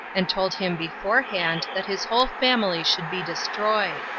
and told him beforehand that his whole family should be destroyed,